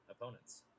opponents